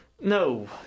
No